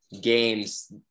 games